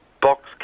Box